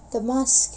the mask